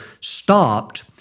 stopped